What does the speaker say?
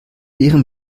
leerem